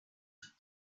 sous